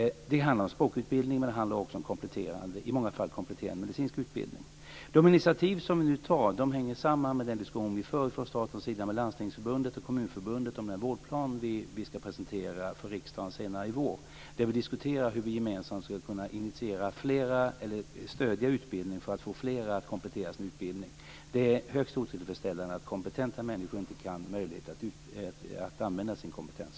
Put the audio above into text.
Det handlar om språkutbildning, och det handlar också i många fall om kompletterande medicinsk utbildning. De initiativ som vi nu tar hänger samman med den diskussion vi för från statens sida med Landstingsförbundet och Kommunförbundet om den vårdplan vi ska presentera för riksdagen senare i vår. Där diskuterar vi hur vi gemensamt ska kunna stödja utbildningen för att få fler att komplettera sin utbildning. Det är högst otillfredsställande att kompetenta människor inte har möjlighet att använda sin kompetens.